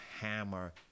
hammer